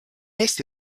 eesti